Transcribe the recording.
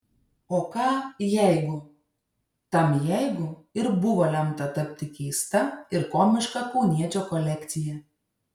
o ką jeigu tam jeigu ir buvo lemta tapti keista ir komiška kauniečio kolekcija